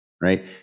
right